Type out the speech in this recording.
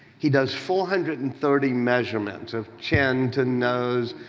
he does four hundred and thirty measurements of chin to nose,